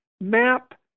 map